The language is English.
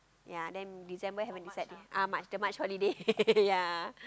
ya then December haven't decide ah March the March holiday ya